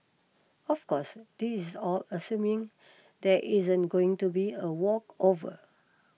of course this is all assuming there isn't going to be a walkover